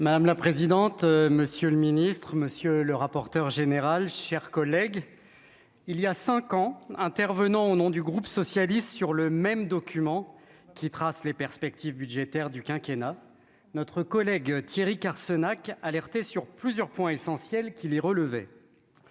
Madame la présidente, monsieur le ministre, monsieur le rapporteur général chers collègues. Il y a 5 ans intervenant au nom du groupe socialiste, sur le même document qui trace les perspectives budgétaires du quinquennat notre collègue Thierry Carcenac alerter sur plusieurs points essentiels qui lie relever